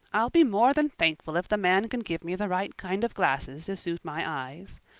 i'll be more than thankful if the man can give me the right kind of glasses to suit my eyes.